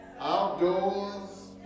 Outdoors